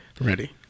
Ready